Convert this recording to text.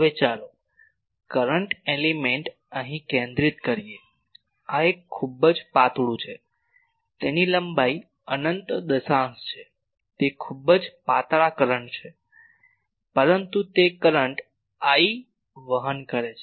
હવે ચાલો current element અહીં કેન્દ્રિત કરીએ આ ખૂબ જ પાતળું છે તેની લંબાઈ અનંત દશાંશ છે તે ખૂબ જ પાતળા કરંટ છે પરંતુ તે કરંટ 'I' વહન કરે છે